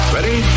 Ready